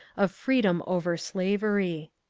of freedom over slavery